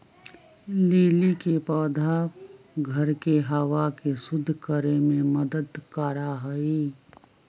lily के पौधा घर के हवा के शुद्ध करे में मदद करा हई